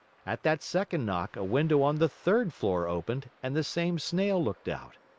at that second knock, a window on the third floor opened and the same snail looked out.